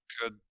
good